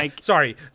Sorry